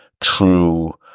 true